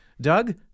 Doug